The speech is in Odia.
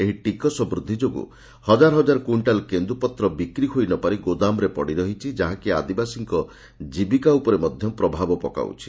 ଏହି ଟିକସ ବୃଦ୍ଧି ଯୋଗୁଁ ହଜାର ହଜାର କ୍ୱିଷ୍କାଲ୍ କେନ୍ଦୁପତ୍ର ବିକ୍ରି ହୋଇନପାରି ଗୋଦାମରେ ପଡ଼ିରହିଛି ଯାହାକି ଆଦିବାସୀଙ୍କ ଜୀବିକା ଉପରେ ମଧ୍ଧ ପ୍ରଭାବ ପକାଉଛି